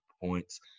points